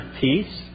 peace